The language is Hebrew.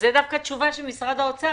זו דווקא תשובה של משרד האוצר.